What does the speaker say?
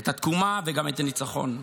את התקומה וגם את הניצחון.